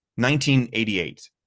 1988